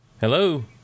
Hello